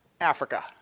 Africa